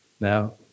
Now